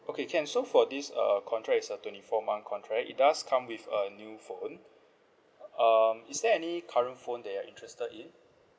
okay can so for this uh contract is a twenty four month contract it does come with a new phone um is there any current phone that you're interested in